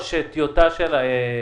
איזו דרך?